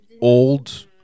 old